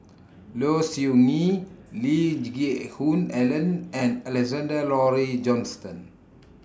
Low Siew Nghee Lee Geck Hoon Ellen and Alexander Laurie Johnston